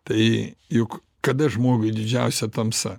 tai juk kada žmogui didžiausia tamsa